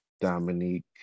Dominique